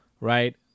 right